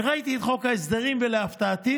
וראיתי את חוק הסדרים, ולהפתעתי,